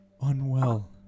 Unwell